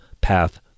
path